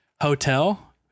Hotel